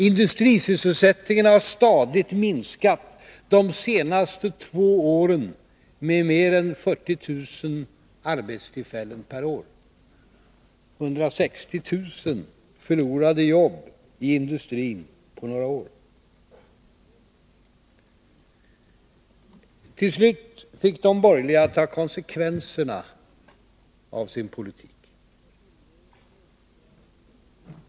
Industrisysselsättningen har stadigt minskat, de senaste två åren med mer än 40 000 arbetstillfällen per år — 160 000 förlorade jobb i industrin på några år. Till slut fick de borgerliga ta konsekvenserna av sin politik.